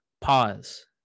pause